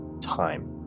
time